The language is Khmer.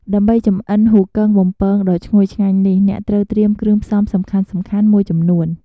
ដើម្បីចម្អិនហ៊ូគឹងបំពងដ៏ឈ្ងុយឆ្ងាញ់នេះ អ្នកត្រូវត្រៀមគ្រឿងផ្សំសំខាន់ៗមួយចំនួន។